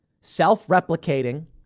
Self-replicating